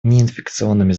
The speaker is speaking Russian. неинфекционными